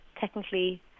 technically